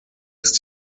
ist